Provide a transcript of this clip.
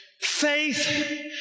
Faith